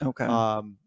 okay